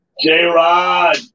J-Rod